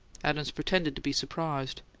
adams pretended to be surprised.